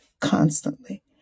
constantly